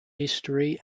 history